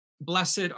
Blessed